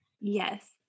Yes